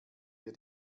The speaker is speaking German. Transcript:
wir